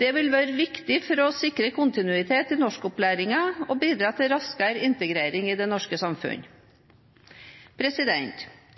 Det vil være viktig for å sikre kontinuitet i norskopplæringen og bidra til raskere integrering i det norske